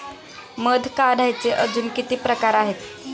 मध काढायचे अजून किती प्रकार आहेत?